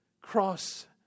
cross